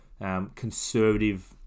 conservative